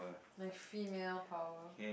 my female power